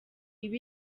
iba